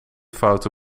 foute